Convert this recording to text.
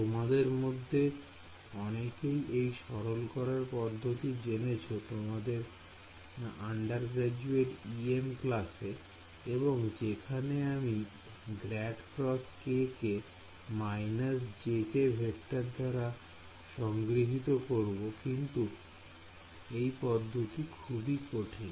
তোমাদের মধ্যে অনেকেই এই সরল করার পদ্ধতিতে জেনেছো তোমাদের আন্ডারগ্রাজুয়েট EM ক্লাসে এবং যেখানে আমি ∇× কে − jk ভিক্টর দাঁড়া সংগৃহীত করব কিন্তু এই পদ্ধতিটি খুবই কঠিন